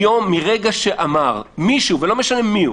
מרגע שאמר מישהו ולא משנה מי הוא